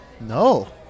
No